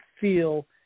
feel